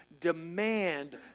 demand